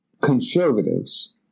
conservatives